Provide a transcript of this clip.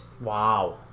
Wow